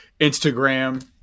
Instagram